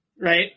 right